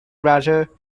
brother